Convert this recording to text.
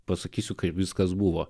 pasakysiu kaip viskas buvo